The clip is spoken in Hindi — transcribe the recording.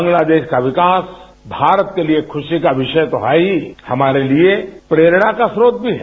बांग्लादेश का विकास भारत के लिए खुशी का विषय तो है ही हमारे लिए प्रेरणा का स्रोत भी है